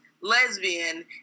lesbian